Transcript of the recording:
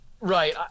right